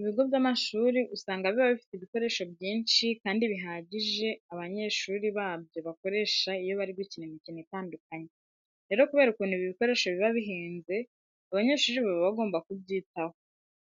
Ibigo by'amashuri usanga biba bifite ibikoresho byinshi kandi bihagije abanyeshuri babyo bakoresha iyo bari gukina imikino itandukanye. Rero kubera ukuntu ibi bikoresho biba bihenze abanyeshuri baba bagomba kubyitaho.